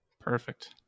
perfect